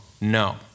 No